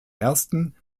ersten